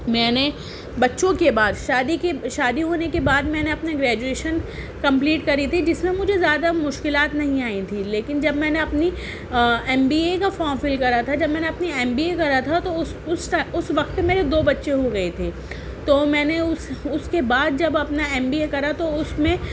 میں نے بچوں کے بعد شادی کے شادی ہونے کے بعد میں نے اپنی گریجویشن کمپلیٹ کری تھی جس میں مجھے زیادہ مشکلات نہیں آئیں تھی لیکن جب میں نے اپنی ایم بی اے کا فارم فل کرا تھا جب میں نے اپنی ایم بی اے کرا تھا تو اس اس اس وقت میرے دو بچے ہو گئے تھے تو میں نے اس اس کے بعد جب اپنا ایم بی اے کرا تو اس میں